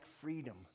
freedom